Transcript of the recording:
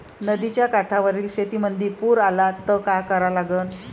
नदीच्या काठावरील शेतीमंदी पूर आला त का करा लागन?